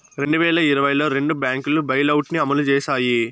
రెండు వేల ఇరవైలో రెండు బ్యాంకులు బెయిలౌట్ ని అమలు చేశాయి